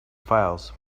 files